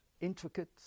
intricate